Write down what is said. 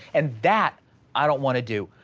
and that i don't wanna do,